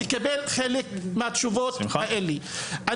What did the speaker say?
תקבל חלק מהתשובות האלה.